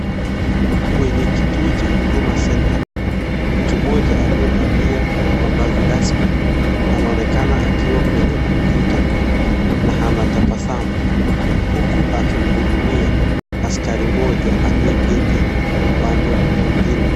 Kwenye kituo cha huduma center, mtu mmoja aliyevalia mavazi rasmi, anaonekana akiwa kwenye kompyuta na anatabasamu huku akimhudumia askari mmoja aliyeketi upande mwingine.